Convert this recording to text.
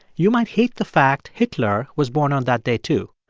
you might hate the fact hitler was born on that day, too.